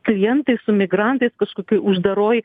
klientais su migrantais kažkokioj uždaroj